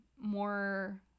more